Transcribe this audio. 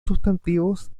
sustantivos